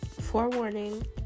forewarning